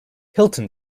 hilton